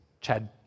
Chad